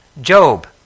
Job